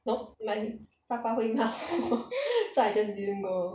nope my 爸爸会骂我 so I just didn't go